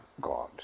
God